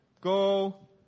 go